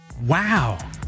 Wow